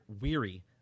weary